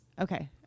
okay